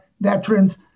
veterans